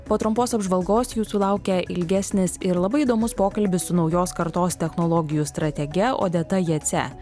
po trumpos apžvalgos jūsų laukia ilgesnis ir labai įdomus pokalbis su naujos kartos technologijų stratege odeta jace